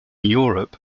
europe